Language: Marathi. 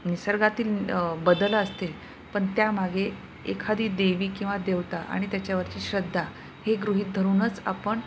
निसर्गातील बदल असतील पण त्यामागे एखादी देवी किंवा देवता आणि त्याच्यावरची श्रद्धा हे गृहीत धरूनच आपण